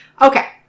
okay